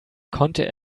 konnte